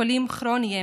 בין היתר חולים כרוניים,